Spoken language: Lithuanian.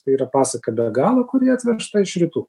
tai yra pasaka be galo kuri atvežta iš rytų